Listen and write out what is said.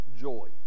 joy